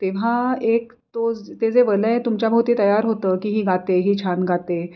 तेव्हा एक तो ज ते जे वलय तुमच्याभवती तयार होतं की ही गाते ही छान गाते